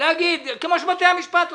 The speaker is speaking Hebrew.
כמו שבתי המשפט עושים.